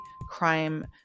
crime